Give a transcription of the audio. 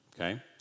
okay